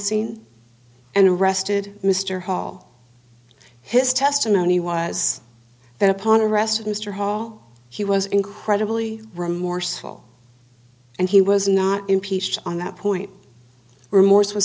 scene and arrested mr hall his testimony was that upon arrest of mr hall he was incredibly remorseful and he was not impeached on that point remorse was